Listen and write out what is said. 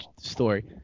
story